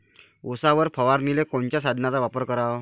उसावर फवारनीले कोनच्या साधनाचा वापर कराव?